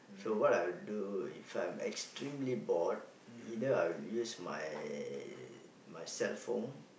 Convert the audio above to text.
so what I will do if I'm extremely bored either I will use my my cellphone